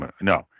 No